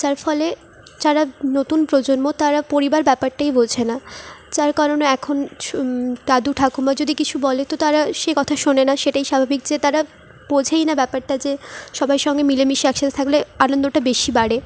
যার ফলে যারা নতুন প্রজন্ম তারা পরিবার ব্যাপারটাই বোঝে না যার কারণে এখন সু দাদু ঠাকুমা যদি কিছু বলে তো তারা সেই কথা শোনে না সেটাই স্বাভাবিক যে তারা বোঝেই না ব্যাপারটা যে সবাইয়ের সঙ্গে মিলেমিশে এক সাথে থাকলে আনন্দটা বেশি বাড়ে